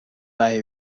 buy